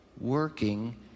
working